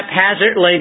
haphazardly